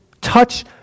touch